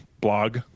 blog